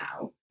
now